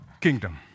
kingdom